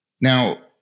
Now